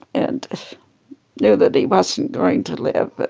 and knew that he wasn't going to live but